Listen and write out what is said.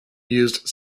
used